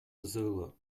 zulu